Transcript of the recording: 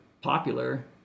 popular